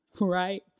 Right